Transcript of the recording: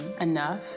enough